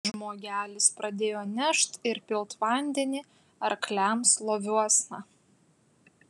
žmogelis pradėjo nešt ir pilt vandenį arkliams loviuosna